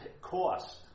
cost